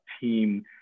team